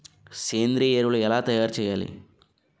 సేంద్రీయ ఎరువులు ఎలా తయారు చేయాలి?